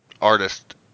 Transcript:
artist